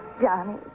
Johnny